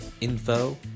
info